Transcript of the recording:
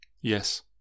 Yes